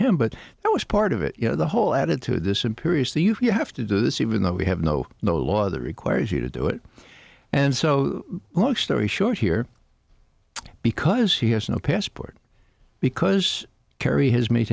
him but that was part of it you know the whole attitude this imperiously you have to do this even though we have no no law that requires you to do it and so long story short here because he has no passport because kerry has made